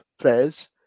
players